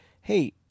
hey